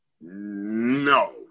No